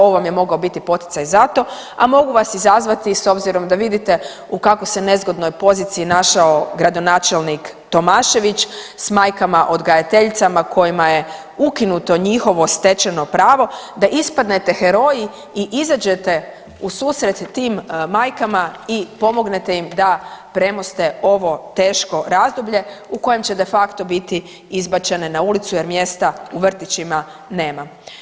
Ovo vam je mogao biti poticaj zato, a mogu vas izazvati s obzirom da vidite u kako se nezgodnoj poziciji našao gradonačelnik Tomašević s majkama odgajateljicama kojima je ukinuto njihovo stečeno pravo da ispadnete heroji i izađete u susret tim majkama i pomognete im da premoste ovo teško razdoblje u kojem će de facto biti izbačene na ulicu jer mjesta u vrtićima nema.